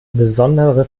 besondere